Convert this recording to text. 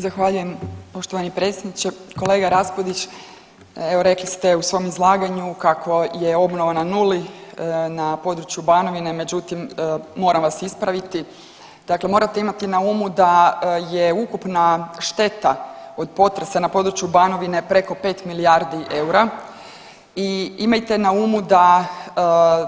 Zahvaljujem poštovani predsjedniče, kolega Raspudić, evo, rekli ste u svom izlaganju kako je obnova na nuli, na području Banovine, međutim, moram vas ispraviti, dakle morate imati na umu da je ukupna šteta od potresa na području Banovine preko 5 milijardi eura i imajte na umu da